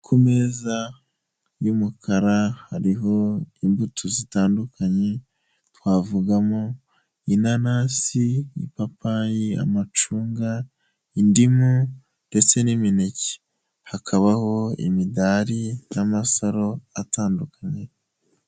Ku meza y'umukara hariho imbuto zitandukanye, twavugamo inanasi, ipapayi, amacunga, indimu ndetse n'imineke. Hakabaho imidari n'amasaro atandukanye.